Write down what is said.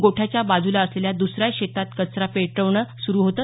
गोठ्याच्या बाजूला असलेल्या दुसऱ्या शेतात कचरा पेटवनं सुरु होतं